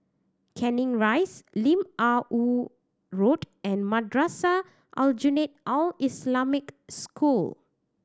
Canning Rise Lim Ah Woo Road and Madrasah Aljunied Al Islamic School